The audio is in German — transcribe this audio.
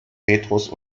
petrus